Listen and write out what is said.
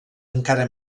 encara